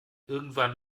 irgendwann